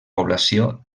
població